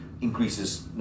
increases